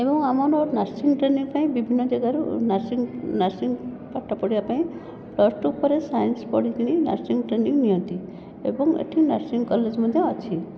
ଏବଂ ଆମର nursing training ପାଇଁ ବିଭିନ୍ନ ଜାଗାରୁ ନର୍ସିଂ ନର୍ସିଂ ପାଠପଢ଼ିବା ପାଇଁ ପ୍ଲସ ଟୁ ପରେ ସାଇନ୍ସ ପଢ଼ିକରି ନର୍ସିଂ ଟ୍ରେନିଂ ନିଅନ୍ତି ଏବଂ ଏଠି ନର୍ସିଂ କଲେଜ ମଧ୍ୟ ଅଛି